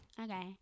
Okay